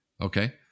okay